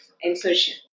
insertion